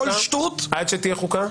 עד שתהיה חוקה.